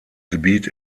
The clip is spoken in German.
gebiet